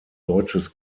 deutsches